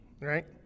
right